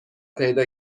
پیدا